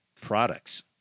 products